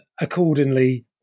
accordingly